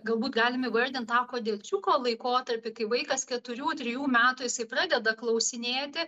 galbūt galim įvardint tą kodėlčiuko laikotarpį kai vaikas keturių trijų metų jisai pradeda klausinėti